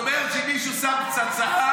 אתה יודע מי שם את הפצצות?